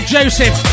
Joseph